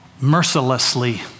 mercilessly